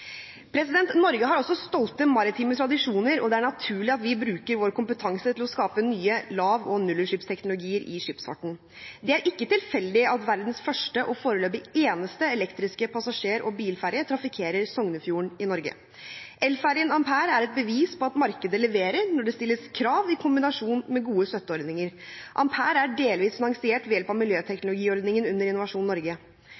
Norge har stolte maritime tradisjoner, og det er naturlig at vi bruker vår kompetanse til å skape nye lav- og nullutslippsteknologier i skipsfarten. Det er ikke tilfeldig at verdens første, og foreløpig eneste, elektriske passasjer- og bilferje trafikkerer Sognefjorden i Norge. Elferjen «Ampere» er et bevis på at markedet leverer når det stilles krav i kombinasjon med gode støtteordninger. «Ampere» er delvis finansiert ved hjelp av miljøteknologiordningen under Innovasjon Norge.